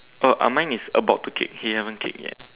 oh uh mine is about to kick he haven't kick yet